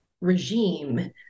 regime